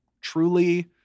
truly